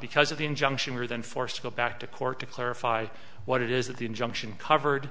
because of the injunction were then forced to go back to court to clarify what it is that the injunction covered